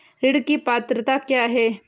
ऋण की पात्रता क्या है?